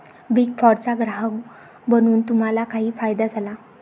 Big फोरचा ग्राहक बनून तुम्हाला काही फायदा झाला?